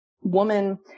woman